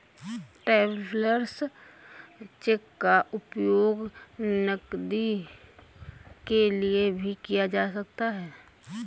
travellers cheque का उपयोग नकदी के लिए भी किया जा सकता है